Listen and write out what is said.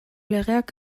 legeak